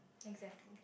exactly